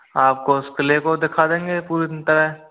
आपको उस किले को दिखा देंगे पूरी तरह